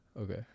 Okay